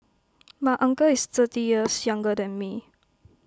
my uncle is thirty years younger than me